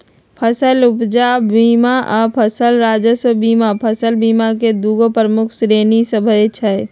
फसल उपजा बीमा आऽ फसल राजस्व बीमा फसल बीमा के दूगो प्रमुख श्रेणि सभ हइ